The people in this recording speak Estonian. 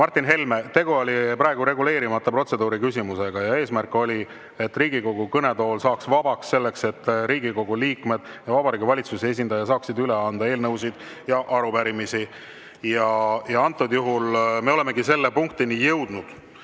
Martin Helme, tegu oli praegu reguleerimata protseduuriküsimusega. Eesmärk oli, et Riigikogu kõnetool saaks vabaks selleks, et Riigikogu liikmed ja Vabariigi Valitsuse esindaja saaksid üle anda eelnõusid ja arupärimisi. Antud juhul me olemegi selle punktini jõudnud